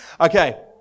okay